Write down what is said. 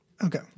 Okay